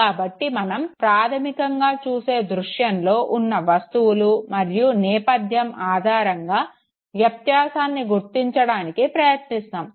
కాబట్టి మనం ప్రాధమికంగా చూసే దృశ్యంలో ఉన్న వస్తువులు మరియు నేపధ్యం ఆధారంగా వ్యత్యాసాన్ని గుర్తించడానికి ప్రయత్నిస్తాము